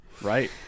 right